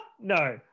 no